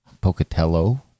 Pocatello